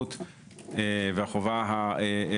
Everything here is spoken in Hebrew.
מורחבות לחול על לכל העוסקים במכירה קמעונאית.